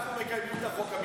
אנחנו מקיימים את החוק.